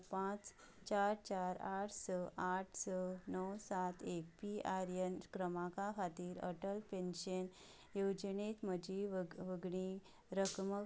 दोन णव पांच चार चार आठ स आठ स णव सात एक पी आर ए एन क्रमांका खातीर अटल पेन्शन येवजणेंत म्हजी वर्गणी रक्कम तूं तपासपाक शकता